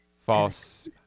False